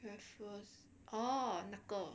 raffles oh 那个